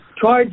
tried